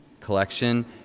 collection